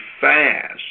fast